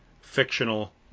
fictional